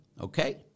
okay